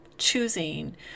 choosing